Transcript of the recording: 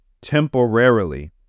temporarily